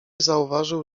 zauważył